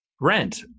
rent